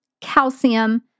calcium